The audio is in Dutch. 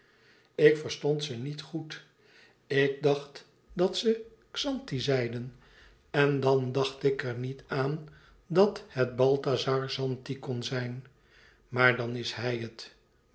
ik verstond ze niet goed ik dacht dat ze xanti zeiden en dan dacht ik er niet aan dat het balthazar zanti kon zijn maar dan is hij het